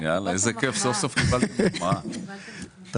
טוב,